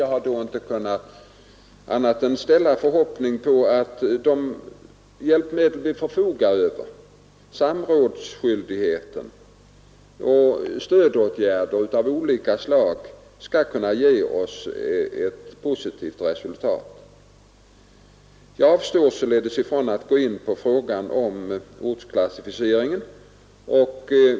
Jag har då inte kunnat annat än lita till att de hjälpmedel vi förfogar över, samrådsskyldigheten och stödåtgärder av olika slag, skall ge ett positivt resultat. Jag avstår som sagt från att gå in på frågan om ortsklassificering.